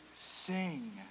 sing